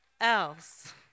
else